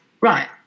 right